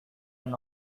and